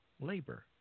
labor